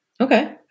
Okay